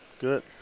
Good